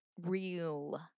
real